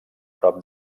prop